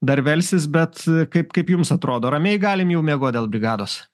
dar velsis bet kaip kaip jums atrodo ramiai galim jau miegot dėl brigados